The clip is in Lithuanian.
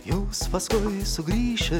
jūs paskui sugrįši